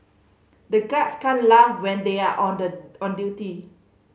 the guards can't laugh when they are on the on duty